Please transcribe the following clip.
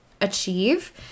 achieve